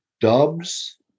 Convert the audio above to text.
Dubs